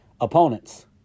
opponents